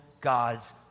God's